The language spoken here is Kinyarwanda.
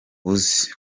uzi